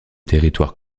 territoire